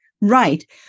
Right